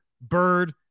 Bird